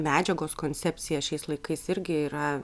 medžiagos koncepcija šiais laikais irgi yra